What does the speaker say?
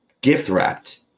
gift-wrapped